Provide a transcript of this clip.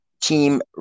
team